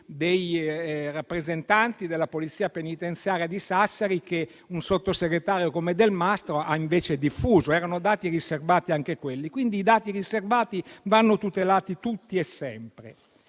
dei rappresentanti della Polizia penitenziaria di Sassari, che un sottosegretario come Delmastro ha invece diffuso. Erano dati riservati anche quelli. I dati riservati vanno tutelati tutti e sempre.